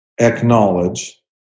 acknowledge